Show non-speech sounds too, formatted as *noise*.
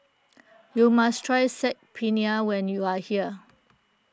*noise* you must try Saag Paneer when you are here